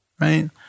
right